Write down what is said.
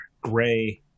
gray